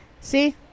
See